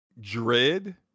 Dread